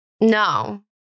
No